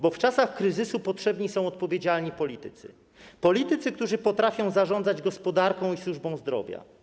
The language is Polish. Bo w czasach kryzysu potrzebni są odpowiedzialni politycy, którzy potrafią zarządzać gospodarką i służbą zdrowia.